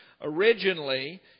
Originally